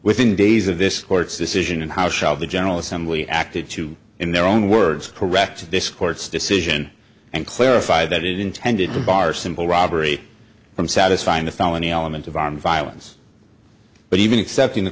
within days of this court's decision and how shall the general assembly acted to in their own words correct this court's decision and clarify that it intended to bar simple robbery from satisfying the felony element of armed violence but even accepting the